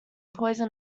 poison